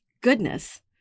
goodness